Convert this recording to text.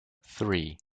three